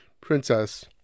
princess